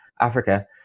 Africa